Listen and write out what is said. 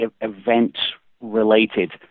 event-related